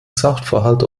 sachverhalt